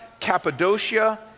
Cappadocia